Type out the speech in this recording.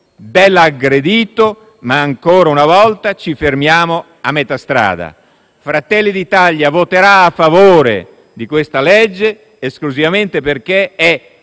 dell'aggredito, ma ancora una volta ci fermiamo a metà strada. Il Gruppo Fratelli d'Italia voterà a favore di questa legge esclusivamente perché è